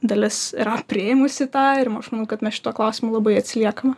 dalis yra priėmusi tą ir aš manau kad mes šituo klausimu labai atsiliekame